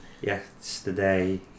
Yesterday